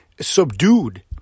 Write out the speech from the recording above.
subdued